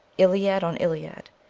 iliad on iliad,